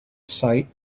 site